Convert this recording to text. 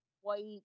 white